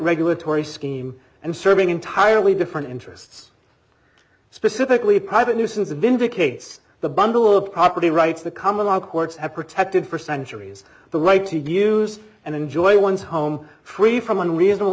regulatory scheme and serving entirely different interests specifically private nuisance vindicates the bundle of property rights the come along courts have protected for centuries the right to use and enjoy one's home free from unreasonable